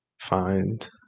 Find